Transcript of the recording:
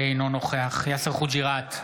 אינו נוכח יאסר חוג'יראת,